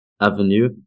avenue